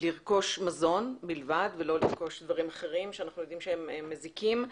לרכוש מזון בלבד ולא לרכוש דברים אחרים שאנחנו יודעים שהם מזיקים,